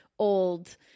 old